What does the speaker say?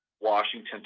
Washington